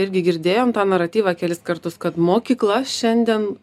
irgi girdėjom tą naratyvą kelis kartus kad mokykla šiandien